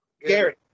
Gary